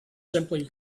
simply